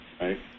right